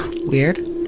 Weird